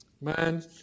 Man